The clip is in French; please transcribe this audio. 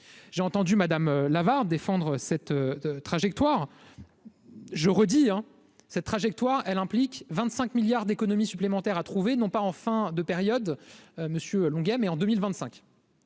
j'ai entendu Madame l'Avare défendre cette trajectoire, je redis, hein, cette trajectoire elle implique 25 milliards d'économies supplémentaires à trouver non pas en fin de période, monsieur Longuet, mais en 2025,